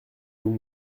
vous